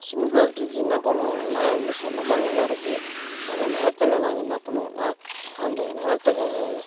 cement ஃபேக்ட்ரிக்கு என்ன பண்ணுவாங்கன்னா இங்கே சொந்தமாக நிலம் இருக்குது அந்த நிலத்துல நாங்கள் என்ன பண்ணுவோம்னா அந்த நிலத்த